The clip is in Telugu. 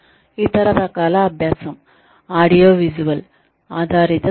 ఇతర రకాల అభ్యాసం ఆడియోవిజువల్ ఆధారిత శిక్షణ